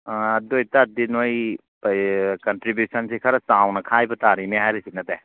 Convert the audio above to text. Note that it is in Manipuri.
ꯑꯗꯣ ꯑꯣꯏꯕ ꯇꯥꯔꯗꯤ ꯅꯈꯣꯏ ꯀꯟꯇ꯭ꯔꯤꯕ꯭ꯌꯨꯁꯟꯁꯤ ꯈꯔ ꯆꯥꯎꯅ ꯈꯥꯏꯕ ꯇꯥꯔꯤꯅꯦ ꯍꯥꯏꯔꯤꯁꯤꯅꯗꯦ